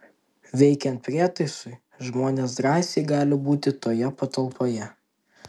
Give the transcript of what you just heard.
veikiant prietaisui žmonės drąsiai gali būti toje patalpoje